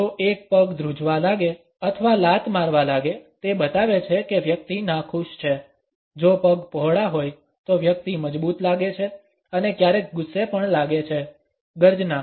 જો એક પગ ધ્રૂજવા લાગે અથવા લાત મારવા લાગે તે બતાવે છે કે વ્યક્તિ નાખુશ છે જો પગ પહોળા હોય તો વ્યક્તિ મજબૂત લાગે છે અને ક્યારેક ગુસ્સે પણ લાગે છે ગર્જના